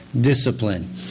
Discipline